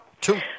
Two